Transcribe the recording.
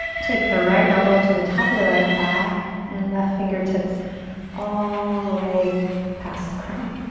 take the right elbow to the top of the right thigh and left fingertips all the way past the crown.